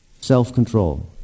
Self-control